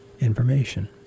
Information